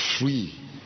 free